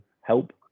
help